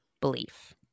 belief